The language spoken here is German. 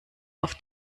auf